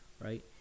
right